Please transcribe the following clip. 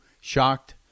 shocked